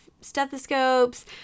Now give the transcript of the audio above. stethoscopes